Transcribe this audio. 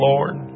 Lord